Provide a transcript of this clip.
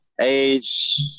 age